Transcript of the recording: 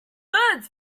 birds